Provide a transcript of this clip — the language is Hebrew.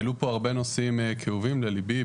העלו פה הרבה נושאים כאובים לליבי,